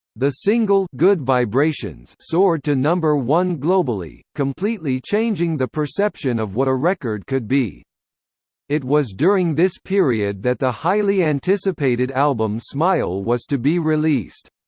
the single good vibrations soared to number one globally, completely changing the perception of what a record could be it was during this period that the highly anticipated album smile was to be released.